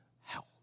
help